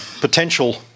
potential